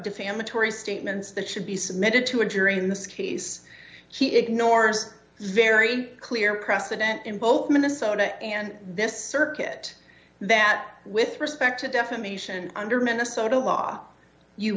defamatory statements that should be submitted to a jury in this case she ignores very clear precedents in both minnesota and this circuit that with respect to defamation under minnesota law you